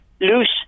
loose